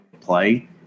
play